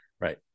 Right